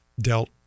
dealt